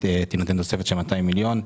שתינתן תוספת של 200 מיליון,